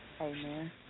Amen